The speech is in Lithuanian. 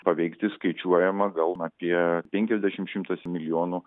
paveikti skaičiuojama gal apie penkiasdešim šimtas milijonų